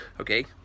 okay